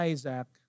Isaac